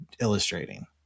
illustrating